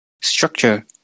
structure